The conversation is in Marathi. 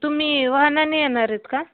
तुम्ही वाहनाने येणार आहेत का